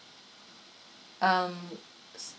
um